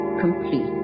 complete